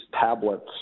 tablets